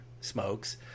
smokes